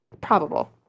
Probable